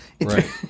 Right